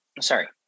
Sorry